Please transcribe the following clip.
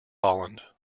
holland